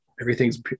everything's